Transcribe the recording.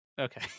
okay